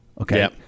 Okay